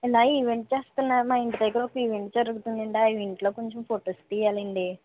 ఇలా ఈవెంట్ చేస్తున్నారు మా ఇంటి దగ్గర ఒక ఈవెంట్ జరుగుతుందండీ ఆ ఈవెంట్లో కొంచం ఫొటోస్ తీయాలండి